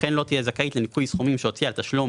וכן לא תהיה זכאית לניכוי סכומים שהוציאה לתשלום